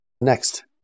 Next